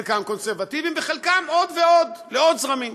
חלקם קונסרבטיבים וחלקם מעוד ועוד זרמים.